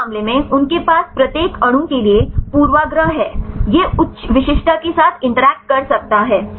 इस मामले में उनके पास प्रत्येक अणु के लिए पूर्वाग्रह है यह उच्च विशिष्टता के साथ इंटरैक्ट कर सकता है